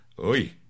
Oi